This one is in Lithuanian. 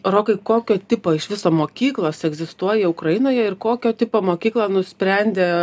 rokai kokio tipo iš viso mokyklos egzistuoja ukrainoje ir kokio tipo mokyklą nusprendė